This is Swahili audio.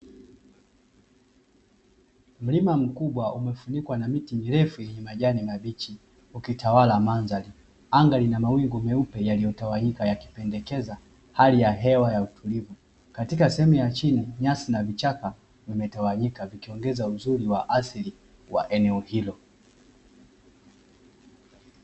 Mlima mkubwa umefunikwa na miti mirefu yenye majani mabichi, ukitawala mandhari. Anga lina mawingu meupe yaliyotawanyika yakipendekeza hali ya hewa ya utulivu. Katika sehemu ya chini nyasi na vichaka vimetawanyika vikiongeza uzuri wa asili wa eneo hilo.